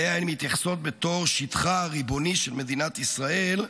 שאליה הן מתייחסות בתור שטחה הריבוני של מדינת ישראל,